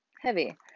heavy